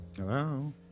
Hello